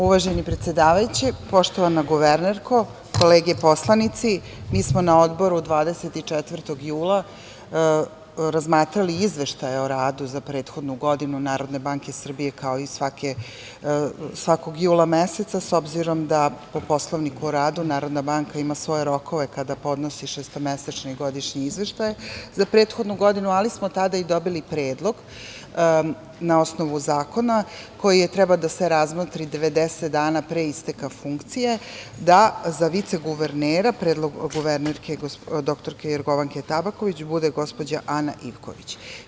Uvaženi predsedavajući, poštovana guvernerko, kolege poslanici, mi smo na Odboru 24. jula razmatrali izveštaje o radu za prethodnu godinu Narodne banke Srbije, kao i svakog jula meseca, s obzirom da po Poslovniku o radu Narodna banka ima svoje rokove kada podnosi šestomesečni i godišnje izveštaje za prethodnu godinu, ali smo tada i dobili predlog na osnovu zakona koji je trebao da 90 dana pre isteka funkcije da za viceguvernera, predlog guvernerke dr Jorgovanke Tabaković bude gospođa Ana Ivković.